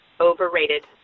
overrated